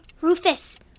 Rufus